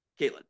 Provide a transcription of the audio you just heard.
Caitlin